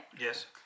Yes